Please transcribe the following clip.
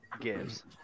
gives